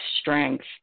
strength